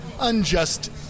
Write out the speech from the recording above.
unjust